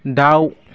दाउ